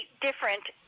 different